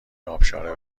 ابشار